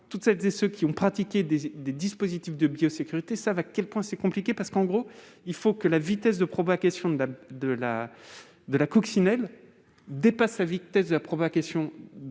Toutefois, tous ceux qui ont pratiqué des dispositifs de biosécurité savent à quel point c'est compliqué, puisqu'il faut que la vitesse de propagation de la coccinelle dépasse celle de propagation